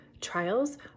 trials